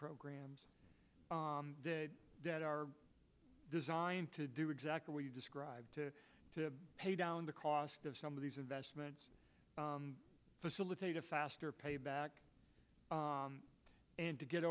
programs that are designed to do exactly what you described to to pay down the cost of some of these investments facilitate a faster payback and to get